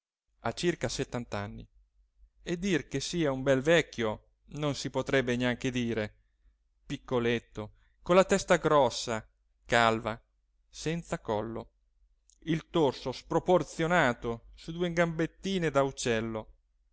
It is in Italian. ha circa settant'anni e dir che sia un bel vecchio non si potrebbe neanche dire piccoletto con la testa grossa calva senza collo il torso sproporzionato su due gambettine da uccello